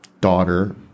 daughter